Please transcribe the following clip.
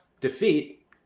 defeat